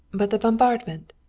but the bombardment.